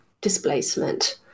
displacement